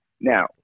Now